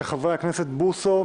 של חברי הכנסת בוסו,